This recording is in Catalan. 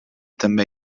també